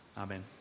Amen